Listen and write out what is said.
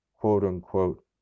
quote-unquote